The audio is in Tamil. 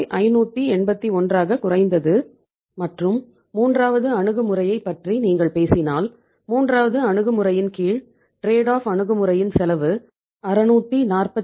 581 ஆக குறைந்தது மற்றும் மூன்றாவது அணுகுமுறையைப் பற்றி நீங்கள் பேசினால் மூன்றாவது அணுகுமுறையின் கீழ் ட்ரேட் ஆஃப் அணுகுமுறையின் செலவு 642